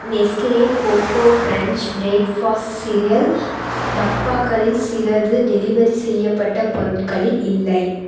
Nestle coco crunch breakfast cereal டப்பாக்களில் சிலது delivery செய்யப்பட்ட பொருட்களில் இல்லை